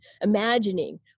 imagining